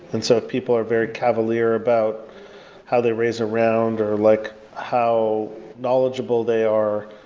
and so if people are very cavalier about how they're raised around or like how knowledgeable they are,